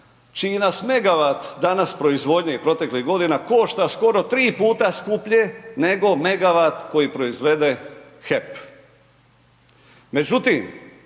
čiji nas megawat danas proizvodnje i proteklih godina, košta skoro 3 puta skuplje, nego megawat koji proizvede HEP.